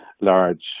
large